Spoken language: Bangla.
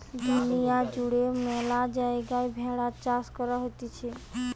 দুনিয়া জুড়ে ম্যালা জায়গায় ভেড়ার চাষ করা হতিছে